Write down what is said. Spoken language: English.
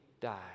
die